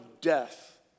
death